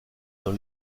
dans